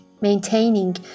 maintaining